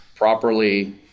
Properly